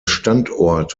standort